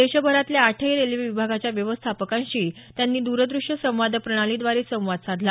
देशभरातील आठही रेल्वे विभागाच्या व्यवस्थापकांशी त्यांनी द्रदश्य संवाद प्रणालीद्वारे संवाद साधला